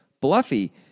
bluffy